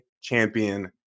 champion